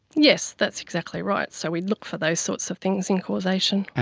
yes, that's exactly right, so we look for those sorts of things in causation.